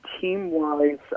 team-wise